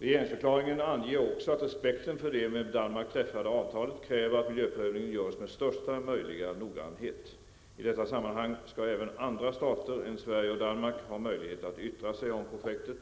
Regeringsförklaringen anger också att respekten för det med Danmark träffade avtalet kräver att miljöprövningen görs med största möjliga noggrannhet. I detta sammanhang skall även andra stater än Sverige och Danmark ha möjlighet att yttra sig om projektet.